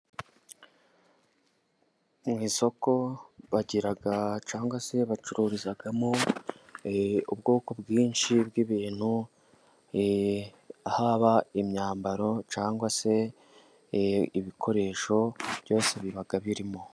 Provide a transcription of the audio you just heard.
Mu isoko bagira cyangwa se bacururizamo ubwoko bwinshi bw'ibintu, haba imyambaro cyangwa se ibikoresho byose biba birimo.